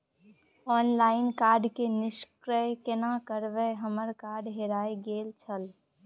Online card के निष्क्रिय केना करबै हमर कार्ड हेराय गेल छल?